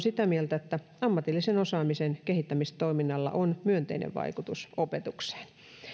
sitä mieltä että ammatillisen osaamisen kehittämistoiminnalla on myönteinen vaikutus opetukseen